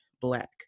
black